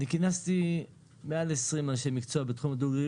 אני כינסתי מעל 20 אנשי מקצוע בתחום הדו גלגלי,